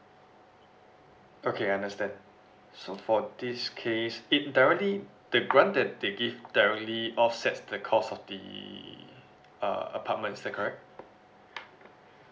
okay I understand so for this case it directly the grant that they give directly offsets the cost of the uh apartment is that correct